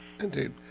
Indeed